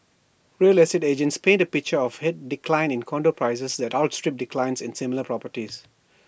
real estate agents paint A picture of A decline in condo prices that outstrips declines in similar properties